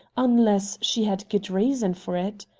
unless she had good reason for it?